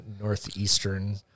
northeastern